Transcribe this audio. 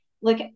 look